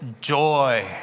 joy